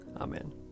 Amen